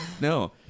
no